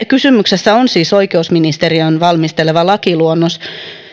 kysymyksessä on siis oikeusministeriön valmistelema lakiluonnos